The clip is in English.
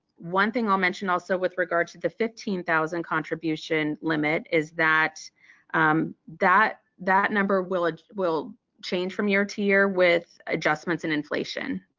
one thing i'll mention also with regard to the fifteen thousand contribution limit, is that um that number will will change from year to year with adjustments in inflation.